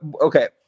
okay